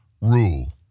rule